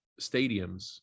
stadiums